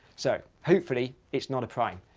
so hopefully, it's not a prime.